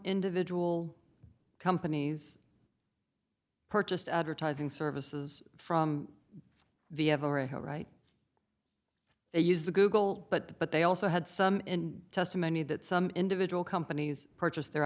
individual companies purchased advertising services from the ever a right they use the google but but they also had some testimony that some individual companies purchased their